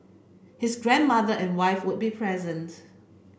his grandmother and wife would be present